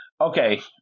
Okay